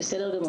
בסדר גמור.